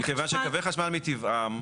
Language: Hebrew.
מכיוון שקווי חמל מטבעם,